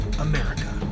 America